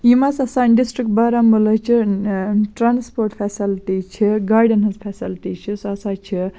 یِم ہَسا سانہِ ڈِسٹِرٛک بارہمولہٕ چہِ ٹرٛانَسپوٹ فیسَلٹی چھِ گاڑٮ۪ن ہِنٛز فیسَلٹی چھِ سُہ ہَسا چھِ